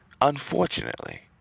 Unfortunately